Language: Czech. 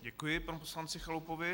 Děkuji panu poslanci Chalupovi.